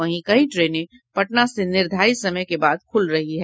वहीं कई ट्रेनें पटना से निर्धारित समय के बाद खुल रही हैं